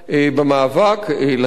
לשר להגנת הסביבה,